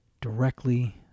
directly